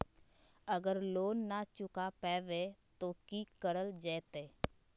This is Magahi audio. अगर लोन न चुका पैबे तो की करल जयते?